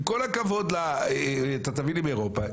עם כל הכבוד, תביא לי מאירופה.